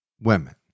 women